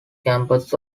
campus